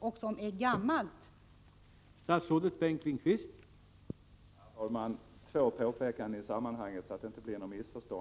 Det är ett gammalt förslag.